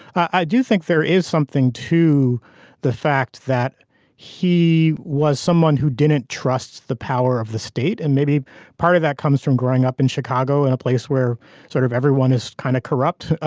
i do think there is something to the fact that he was someone who didn't trust the power of the state and maybe part of that comes from growing up in chicago and a place where sort of everyone is kind of corrupt.